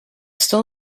still